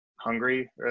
hungry